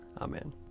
Amen